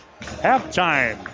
Halftime